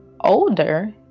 Older